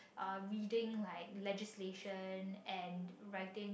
uh reading like legislation and writing